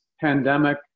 pandemic